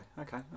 Okay